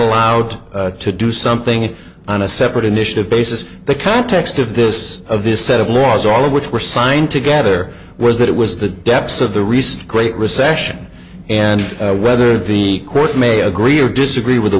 allowed to do something on a separate initiative basis the context of this of this set of laws all of which were signed together was that it was the depths of the recent great recession and whether the court may agree or disagree with the